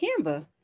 Canva